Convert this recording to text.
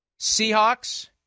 Seahawks